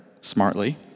smartly